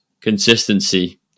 consistency